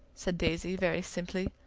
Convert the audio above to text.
said daisy very simply.